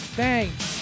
thanks